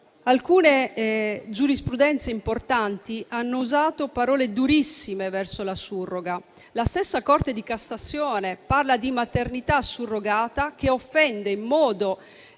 Alcune giurisprudenze importanti hanno usato parole durissime verso la surroga. La stessa Corte di cassazione parla di maternità surrogata che offende in modo